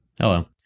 Hello